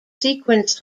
sequence